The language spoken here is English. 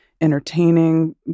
entertaining